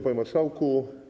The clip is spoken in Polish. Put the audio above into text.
Panie Marszałku!